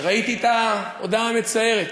כשראיתי את ההודעה המצערת